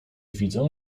widzę